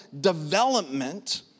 development